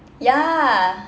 ya